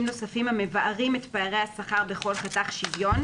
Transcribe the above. נוספים המבארים את פערי השכר בכל חתך שוויון,